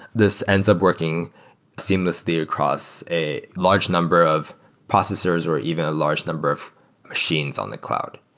this ends up working seamlessly across a large number of processors or even a large number of machines on the cloud.